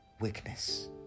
weakness